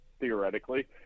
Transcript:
theoretically